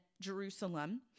Jerusalem